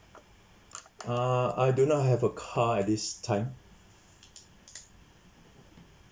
uh I do not have a car at this time